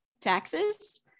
taxes